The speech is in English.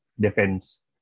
defense